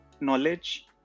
knowledge